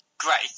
great